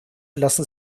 lassen